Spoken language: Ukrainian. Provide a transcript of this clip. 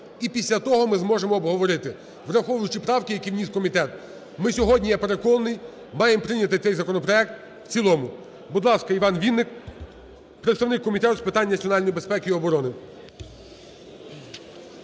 І після того ми зможемо обговорити, враховуючи правки, які вніс комітет. Ми сьогодні, я переконаний, маємо прийняти цей законопроект в цілому. Будь ласка, Іван Вінник – представник Комітету з питань національної безпеки і оборони.